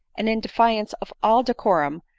and in defiance of all decorum,